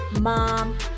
mom